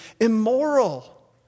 immoral